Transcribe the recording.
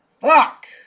Fuck